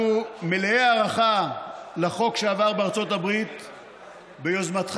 אנחנו מלאי הערכה לחוק שעבר בארצות הברית ביוזמתך,